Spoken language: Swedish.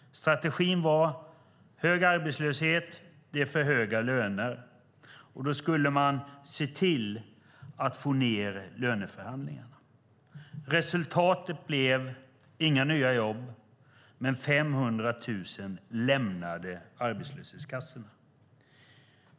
Strategin var att det är hög arbetslöshet för att lönerna är för höga. Därför skulle man se till att hålla nere löneförhandlingarna. Resultatet blev inga nya jobb, men 500 000 lämnade arbetslöshetskassorna.